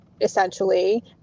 essentially